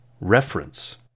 reference